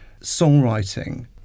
songwriting